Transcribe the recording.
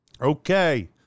okay